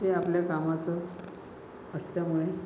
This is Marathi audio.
ते आपल्या कामाचं असल्यामुळे